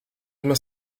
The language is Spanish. más